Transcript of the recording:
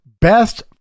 best